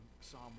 Psalm